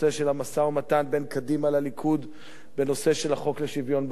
המשא-ומתן בין קדימה לליכוד בנושא של החוק לשוויון בנטל.